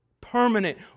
Permanent